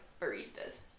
baristas